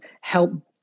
help